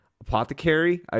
Apothecary